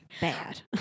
Bad